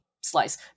slice